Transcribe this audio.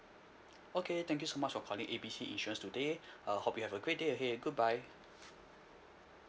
okay thank you so much for calling A B C insurance today uh hope you have a great day ahead goodbye